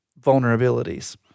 vulnerabilities